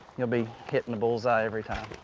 you'll be hitting the bullseye every time.